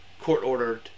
court-ordered